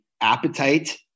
appetite